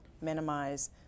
minimize